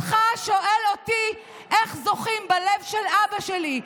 אותך, שואל אותי איך זוכים בלב של אבא שלי.